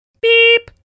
beep